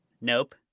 nope